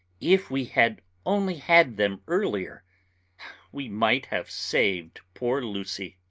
if we had only had them earlier we might have saved poor lucy!